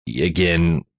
again